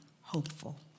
hopeful